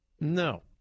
no